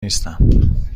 نیستم